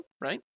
right